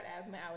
asthma